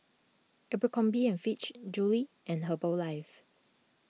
Abercrombie and Fitch Julie's and Herbalife